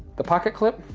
the pocket clip,